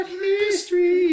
history